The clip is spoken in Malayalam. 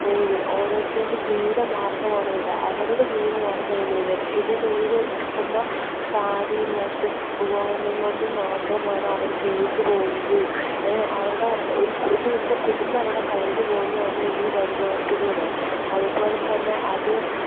നെയ്തൽ ഓരോരുത്തരുടെ ജീവിതമാർഗ്ഗമാണ് ഇത് അവരുടെ ജീവിതമാർഗ്ഗം ഈ നെയ്തൽ ഇത് നെയ്ത് കിട്ടുന്ന സാരി മറ്റ് ഉപകരണം കൊണ്ടും മാത്രമാണ് അവർ ജീവിച്ച് പോകുകയും ഏ അവരുടെ ഒരു ഒരു ദിവസത്തെ കുടുംബം അവിടെ കഴിഞ്ഞു പോകുന്ന തന്നെ ഈ വരുമനത്തിലൂടെയാണ് അതുപോലെ തന്നെ അത്